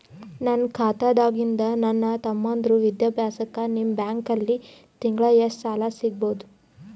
ನನ್ನ ಖಾತಾದಾಗಿಂದ ನನ್ನ ತಮ್ಮಂದಿರ ವಿದ್ಯಾಭ್ಯಾಸಕ್ಕ ನಿಮ್ಮ ಬ್ಯಾಂಕಲ್ಲಿ ತಿಂಗಳ ಎಷ್ಟು ಸಾಲ ಸಿಗಬಹುದು?